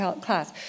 class